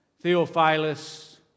Theophilus